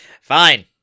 Fine